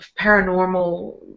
paranormal